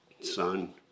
son